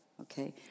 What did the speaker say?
okay